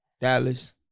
Dallas